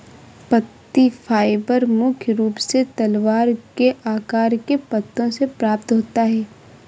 पत्ती फाइबर मुख्य रूप से तलवार के आकार के पत्तों से प्राप्त होता है